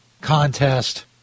contest